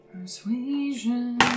Persuasion